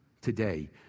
today